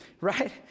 right